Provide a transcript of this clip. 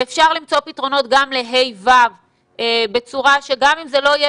ואפשר למצוא פתרונות גם לה'-ו' בצורה שגם אם זה לא יהיה